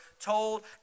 told